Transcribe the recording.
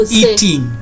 eating